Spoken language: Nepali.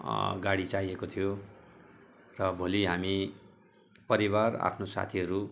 गाडी चाहिएको थियो र भोलि हामी परिवार आफ्नो साथीहरू